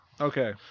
okay